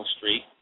Street